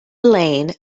lane